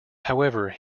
however